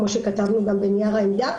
כמו שכתבנו גם בנייר העמדה.